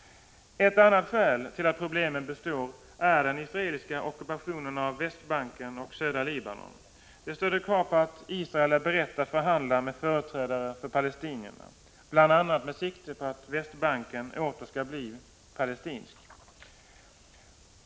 Ett annat skäl till att problemen består är den israeliska ockupationen av Västbanken och södra Libanon. Det ställer krav på att Israel är berett att förhandla med företrädare för palestinierna, bl.a. med sikte på att Västbanken åter skall bli palestinsk.